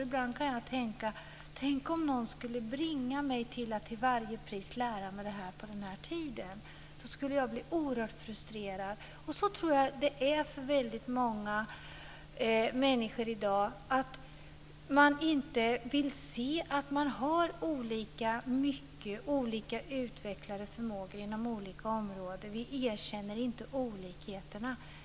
Ibland kan jag tänka på detta. Tänk om någon skulle bringa mig till att till varje pris lära mig det här på en viss tid. Då skulle jag bli oerhört frustrerad. Så tror jag att det är för väldigt många människor i dag. Vi vill inte se att vi har olika utvecklade förmågor inom olika områden. Vi erkänner inte olikheterna.